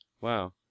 wow